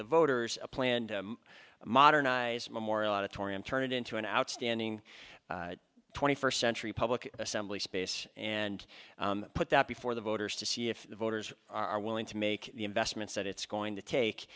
the voters a planned modernized memorial auditorium turn it into an outstanding twenty first century public assembly space and put that before the voters to see if the voters are willing to make the investments that it's going to take